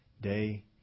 day